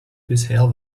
bisher